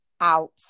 out